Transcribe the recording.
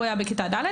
הוא היה בכיתה ד',